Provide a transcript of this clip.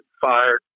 fired